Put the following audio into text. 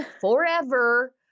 forever